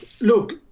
Look